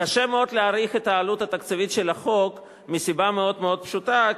קשה מאוד להעריך את העלות התקציבית של החוק מסיבה מאוד מאוד פשוטה,